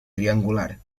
triangular